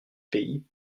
pays